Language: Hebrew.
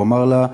הוא אמר לה: